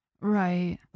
Right